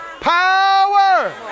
Power